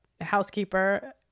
housekeeper